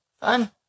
Fun